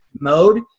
mode